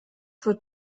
wird